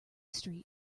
street